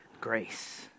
Grace